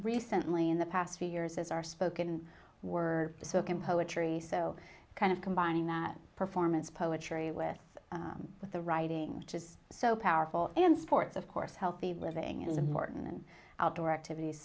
recently in the past few years is our spoken word so can poetry so kind of combining that performance poetry with with the writing which is so powerful in sports of course healthy living in the martin outdoor activities